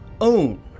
own